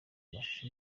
amashusho